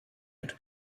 and